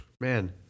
Man